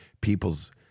people's